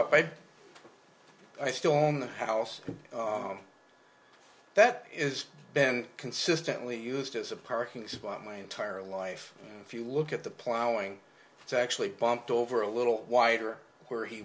but i still own the house that is been consistently used as a parking spot my entire life if you look at the plowing it's actually bumped over a little wider where he